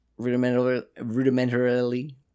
rudimentarily